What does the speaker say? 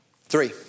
Three